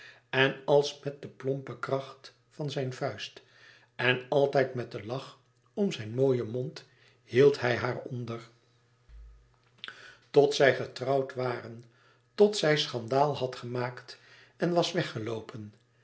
en als met de plompe kracht van zijn vuist en altijd met den lach om zijn mooien mond hield hij haar onder tot zij getrouwd waren tot zij schandaal had gemaakt en was weggeloopen